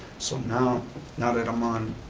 so now now that i'm on,